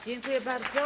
Dziękuję bardzo.